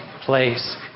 place